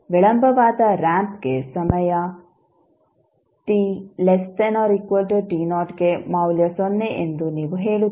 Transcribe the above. ವಿಳಂಬವಾದ ರಾಂಪ್ಗೆಸಮಯ ಗೆ ಮೌಲ್ಯ ಸೊನ್ನೆ ಎಂದು ನೀವು ಹೇಳುತ್ತೀರಿ